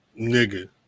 nigga